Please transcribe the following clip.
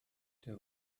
der